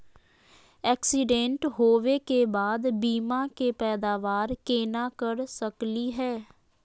Accident होवे के बाद बीमा के पैदावार केना कर सकली हे?